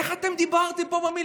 איך אתם דיברתם פה במליאה?